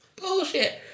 bullshit